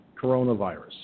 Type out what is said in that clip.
coronavirus